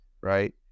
right